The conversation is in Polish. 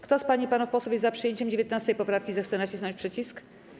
Kto z pań i panów posłów jest za przyjęciem 19. poprawki, zechce nacisnąć przycisk.